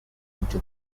into